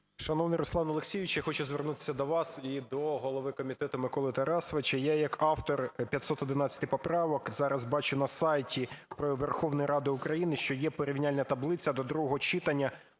Шановний Руслан Олексійович, я хочу звернутися до вас і до голови комітету Миколи Тарасовича. Я як автор 511 поправок зараз бачу на сайті Верховної Ради України, що є порівняльна таблиця до другого читання